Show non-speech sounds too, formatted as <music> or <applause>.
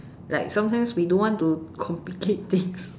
like sometimes we don't want to complicate things <laughs>